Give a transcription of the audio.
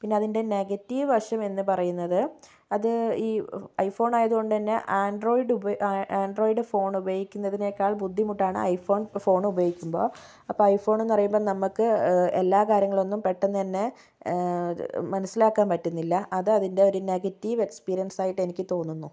പിന്നെ അതിൻ്റെ നെഗറ്റീവ് വശമെന്ന് പറയുന്നത് അത് ഈ ഐ ഫോൺ ആയതു കൊണ്ട് തന്നെ ആൻഡ്രോയിഡ് ഉപ ആൻഡ്രോയിഡ് ഫോൺ ഉപയോഗിക്കുന്നതിനേക്കാൾ ബുദ്ധിമുട്ടാണ് ഐ ഫോൺ ഫോൺ ഉപയോഗിക്കുമ്പോൾ അപ്പോൾ ഐ ഫോൺ എന്ന് പറയുമ്പോൾ നമുക്ക് എല്ലാ കാര്യങ്ങളൊന്നും പെട്ടെന്ന് തന്നെ മനസ്സിലാക്കാൻ പറ്റുന്നില്ല അത് അതിൻ്റെ ഒരു നെഗറ്റീവ് എക്സ്പീരിയൻസ് ആയിട്ട് എനിക്ക് തോന്നുന്നു